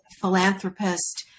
philanthropist